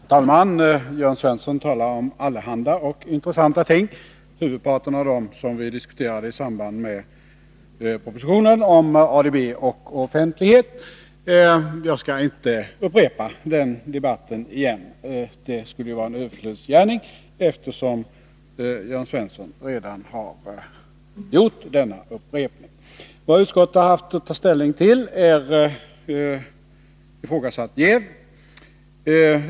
Herr talman! Jörn Svensson talar om allehanda ting och intressanta ting. Huvudparten av dem diskuterades i samband med propostitionen om ADB och offentlighet. Jag skall inte upprepa den debatten. Det skulle vara en överloppsgärning, eftersom Jörn Svensson redan har gjort denna upprepning. Vad utskottet haft att ta ställning till är ifrågasatt jäv.